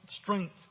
strength